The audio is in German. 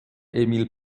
emil